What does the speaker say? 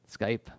Skype